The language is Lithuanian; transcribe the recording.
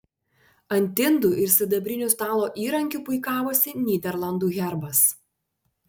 ant indų ir sidabrinių stalo įrankių puikavosi nyderlandų herbas